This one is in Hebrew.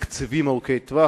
תקציבים ארוכי-טווח?